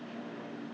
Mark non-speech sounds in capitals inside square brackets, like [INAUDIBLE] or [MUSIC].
[LAUGHS]